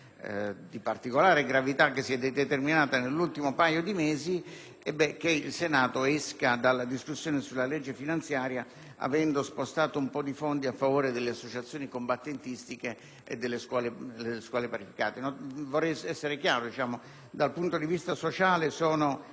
di particolare gravità che si è determinata negli ultimi mesi, il Senato esca dalla discussione sulla legge finanziaria con un mero spostamento di fondi a favore delle associazioni combattentistiche e delle scuole parificate. Per maggiore chiarezza, dal punto di vista sociale sono